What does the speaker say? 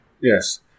Yes